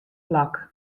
plak